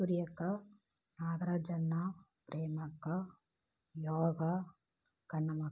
கஸ்தூரி அக்கா நாகராஜ் அண்ணா பிரேமாக்கா யோகா கண்ணம்மாக்கா